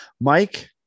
Mike